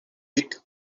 bit